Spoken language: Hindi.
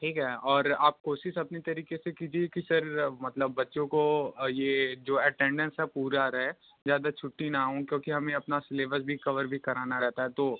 ठीक है और आप कोशिश अपने तरीक़े से कीजिए कि सर मतलब बच्चों को ये जो एटेंडेंस है पूरा रहे ज़्यादा छुट्टी ना हो क्योंकि हमें अपना सिलेबस भी कवर भी कराना रहता है तो